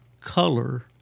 color